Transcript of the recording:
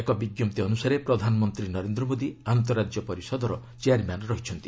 ଏକ ବିଜ୍ଞପ୍ତି ଅନୁସାରେ ପ୍ରଧାନମନ୍ତ୍ରୀ ନରେନ୍ଦ୍ର ମୋଦି ଆନ୍ତଃରାଜ୍ୟ ପରିଷଦର ଚେୟାର୍ମ୍ୟାନ୍ ରହିଛନ୍ତି